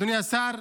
אדוני השר,